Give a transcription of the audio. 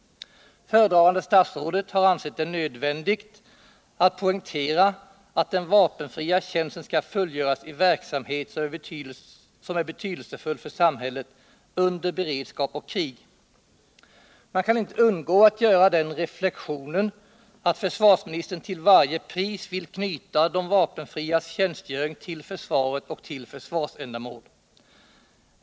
Föredragande statsrådet har ansett det nödvändigt att poängtera att den vapenfria tjänsten skall fullgöras i verksamhet, som är betydelsefull för samhället under beredskap och krig. Man kan inte undgå att göra den reflexionen att försvarsministern till varje pris vill knyta de vapenfrias tjänstgöring till försvaret och till försvarsändamål.